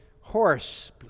horse